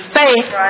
faith